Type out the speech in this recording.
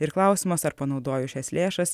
ir klausimas ar panaudojus šias lėšas